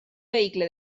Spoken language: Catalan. vehicle